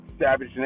Savage